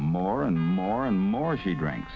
more and more and more she drank